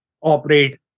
operate